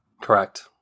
Correct